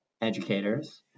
educators